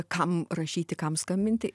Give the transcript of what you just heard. kam rašyti kam skambinti